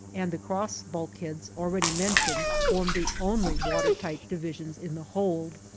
and the cross bulkheads already mentioned form the only water-tight divisions in the hold.